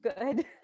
good